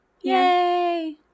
Yay